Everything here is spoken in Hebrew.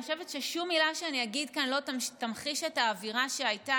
אני חושבת ששום מילה שאני אגיד כאן לא תמחיש את האווירה שהייתה.